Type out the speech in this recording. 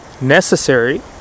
necessary